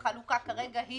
החלוקה כרגע היא